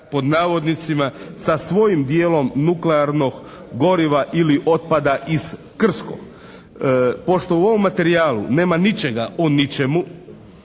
pod navodnicima, sa svojim dijelom nuklearnog goriva ili otpada iz Krškog. Pošto u ovom materijalu nema ničega o ničemu,